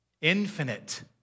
infinite